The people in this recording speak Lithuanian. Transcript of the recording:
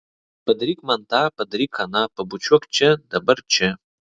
padaryk man tą padaryk aną pabučiuok čia dabar čia